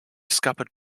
scuppered